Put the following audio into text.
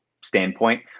standpoint